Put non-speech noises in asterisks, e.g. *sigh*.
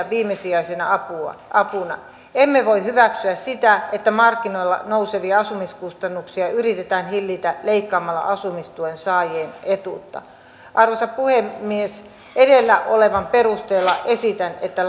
*unintelligible* viimesijaisena apuna emme voi hyväksyä sitä että markkinoilla nousevia asumiskustannuksia yritetään hillitä leikkaamalla asumistuen saajien etuutta arvoisa puhemies edellä olevan perusteella esitän että *unintelligible*